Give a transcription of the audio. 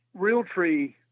Realtree